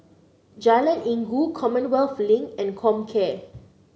Jalan Inggu Commonwealth Link and Comcare